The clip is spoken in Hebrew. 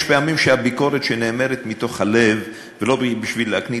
יש פעמים שהביקורת ניתנת מתוך הלב ולא בשביל להקניט.